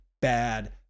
bad